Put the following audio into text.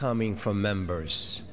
coming from members